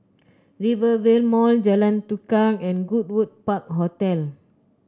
Rivervale Mall Jalan Tukang and Goodwood Park Hotel